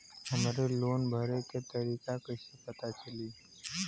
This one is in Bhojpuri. हमरे लोन भरे के तारीख कईसे पता चली?